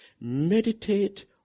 meditate